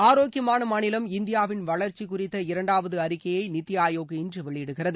ஆரோக்கியமான மாநிலம் இந்தியாவின் வளர்ச்சி குறித்த இரண்டாவது அறிக்கையை நித்தி ஆயோக் இன்று வெளியிடுகிறது